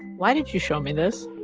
why did you show me this?